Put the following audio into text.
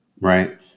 Right